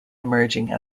emerging